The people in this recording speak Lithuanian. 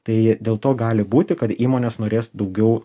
tai dėl to gali būti kad įmonės norės daugiau